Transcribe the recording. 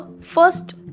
first